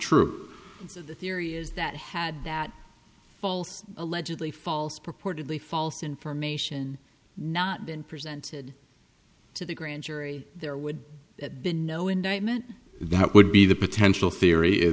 true theory is that had that false allegedly false purportedly false information not been presented to the grand jury there would be no indictment that would be the potential theory